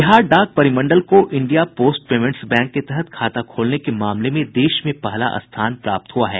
बिहार डाक परिमंडल को इंडिया पोस्ट पेमेंट्स बैंक के तहत खाता खोलने के मामले में देश में पहला स्थान प्राप्त हुआ है